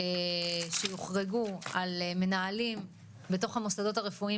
שיוחרגו על מנהלים בתוך המוסדות הרפואיים